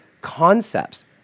concepts